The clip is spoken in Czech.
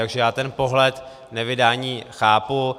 Takže já ten pohled nevydání chápu.